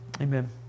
amen